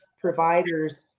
providers